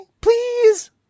Please